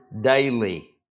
daily